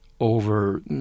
over